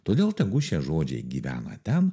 todėl tegu šie žodžiai gyvena ten